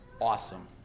awesome